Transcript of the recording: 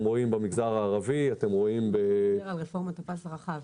רואים במגזר הערבי --- אתה מדבר על רפורמת הפס הרחב.